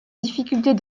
difficultés